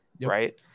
right